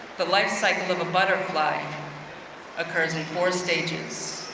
the lifecycle of a butterfly occurs in four stages.